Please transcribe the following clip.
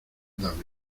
dame